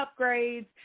upgrades